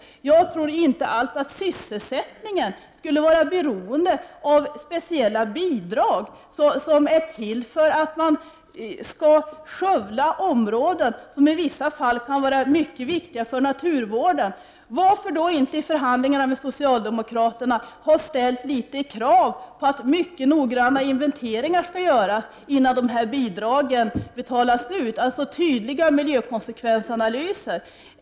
Jag tror inte alls att sysselsättningen skulle vara beroende av speciella bidrag som är till för att man skall skövla områden som i vissa fall kan vara mycket viktiga för naturvården. Varför har vpk inte i förhandlingarna med socialdemokraterna ställt krav på att mycket noggranna inventeringar skall göras innan dessa bidrag betalas ut, dvs. tydliga miljökonsekvensanalyser?